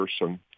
person